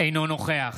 אינו נוכח